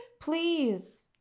please